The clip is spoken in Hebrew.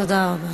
תודה רבה.